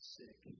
sick